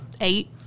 Eight